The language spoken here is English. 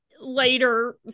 later